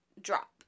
drop